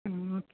okay